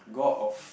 go out of